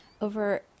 over